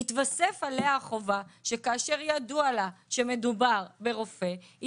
תתווסף עליה החובה שכאשר ידוע לה שמדובר ברופא היא